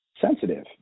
sensitive